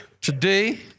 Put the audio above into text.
Today